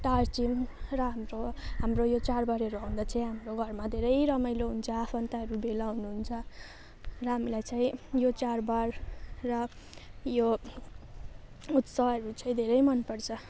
टार्छौँ र हाम्रो हाम्रो यो चाडबाडहरू आउँदा चाहिँ हाम्रो घरमा धेरै रमाइलो हुन्छ आफन्तहरू भेला हुनुहुन्छ र हामीलाई चाहिँ यो चाडबाड र यो उत्साहहरू चाहिँ धेरै मनपर्छ